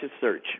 search